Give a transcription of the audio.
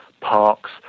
parks